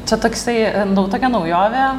čia toksai nu tokia naujovė